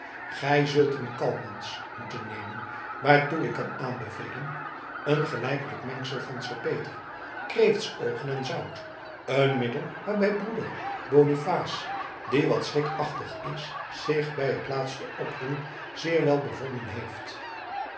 gij zult een calmans moeten nemen waartoe ik kan aanbevelen een gelijkelijk mengsel van salpeter kreeftsoogen en zout een middel waarbij broeder bonifaas die wat schrikachtig is zich bij het laatste oproer zeer wel bevonden heeft